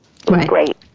Great